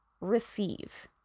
receive